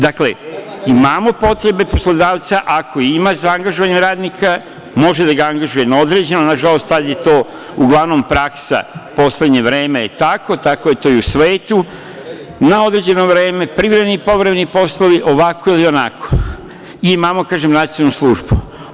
Dakle, imamo potrebe poslodavca, ako ima za angažovanje radnika, može da ga angažuje na određeno, nažalost, sad je to praska, u poslednje vreme je tako, tako je to i u svetu, na određeno vreme, privremeni-povremeni poslovi, ovako ili onako i imamo, kažem, Nacionalnu službu.